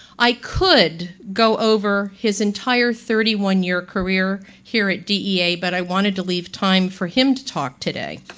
i could go over his entire thirty one year career here at dea, but i wanted to leave time for him to talk today.